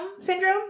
Syndrome